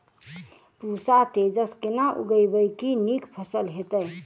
पूसा तेजस केना उगैबे की नीक फसल हेतइ?